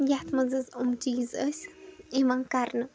یَتھ منٛز حظ یِم چیٖز ٲسۍ یِوان کَرنہٕ